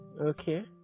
okay